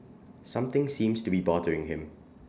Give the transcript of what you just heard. something seems to be bothering him